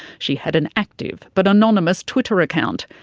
she had an active but anonymous twitter account.